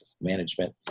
management